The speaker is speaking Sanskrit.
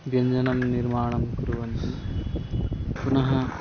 व्यञ्जनं निर्माणं कुर्वन्ति पुनः